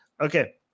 Okay